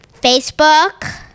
Facebook